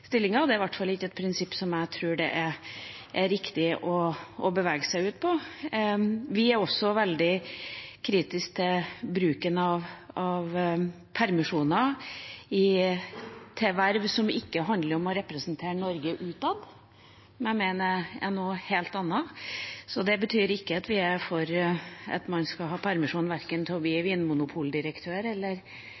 Det er i hvert fall ikke et prinsipp som jeg tror det er riktig å bevege seg inn på. Vi er også veldig kritisk til bruken av permisjoner til verv som ikke handler om å representere Norge utad, som jeg mener er noe helt annet. Det betyr ikke at vi er for at man skal ha permisjoner for å bli